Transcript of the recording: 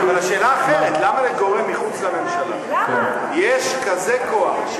אבל השאלה אחרת: למה לגורם מחוץ לממשלה יש כזה כוח,